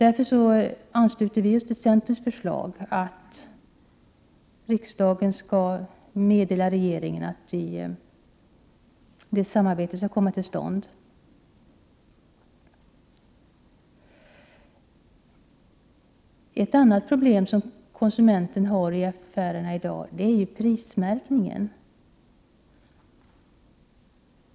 Vi ansluter oss därför till centerns förslag om att riksdagen skall ge regeringen till känna att ett samarbete mellan konsumentverket och livsmedelsverket bör komma till stånd. Ett annat problem som konsumenterna i dag har i affären är prismärkningen.